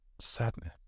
sadness